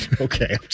Okay